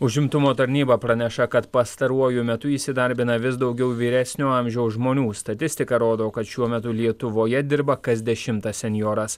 užimtumo tarnyba praneša kad pastaruoju metu įsidarbina vis daugiau vyresnio amžiaus žmonių statistika rodo kad šiuo metu lietuvoje dirba kas dešimtas senjoras